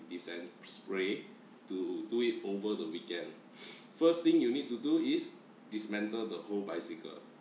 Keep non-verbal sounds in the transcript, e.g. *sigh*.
fifty cents spray to do it over the weekend *breath* first thing you need to do is dismantle the whole bicycle